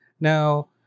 Now